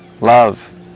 love